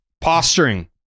posturing